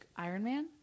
Ironman